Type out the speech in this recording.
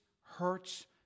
hurts